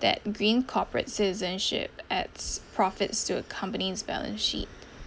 that green corporate citizenship adds profits to a company's balance sheet